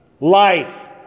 life